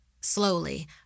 Slowly